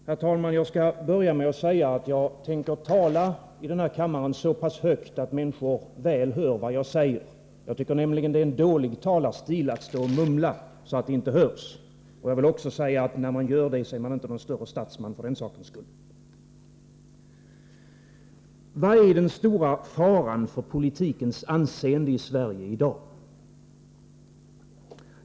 Herr talman! Jag skall börja med att säga att jag tänker tala i den här kammaren så pass högt att människor hör vad jag säger. Det är, enligt min mening, dålig talarstil att stå och mumla, så att det inte hörs. Jag vill också säga att man inte är någon större statsman för den sakens skull. Vad är den stora faran för politikens anseende i Sverige i dag?